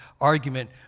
argument